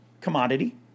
commodity